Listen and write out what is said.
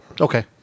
Okay